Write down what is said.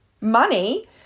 money